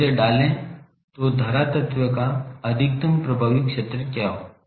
तो इसे डालें तो धारा तत्व का अधिकतम प्रभावी क्षेत्र क्या हो